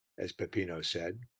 as peppino said.